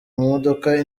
modoka